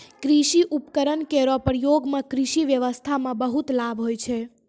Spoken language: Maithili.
कृषि उपकरण केरो प्रयोग सें कृषि ब्यबस्था म बहुत लाभ होय छै